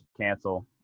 cancel